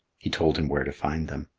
he told him where to find them.